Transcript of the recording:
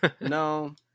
No